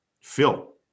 Phil